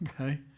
Okay